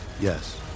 Yes